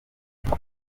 kandi